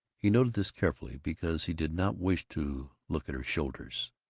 he noted this carefully, because he did not wish to look at her shoulders.